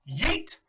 yeet